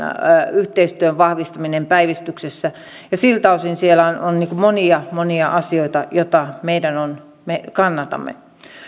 yhteistyön vahvistaminen päivystyksessä ja siltä osin siellä on on monia monia asioita joita me kannatamme